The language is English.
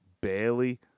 barely